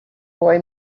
boy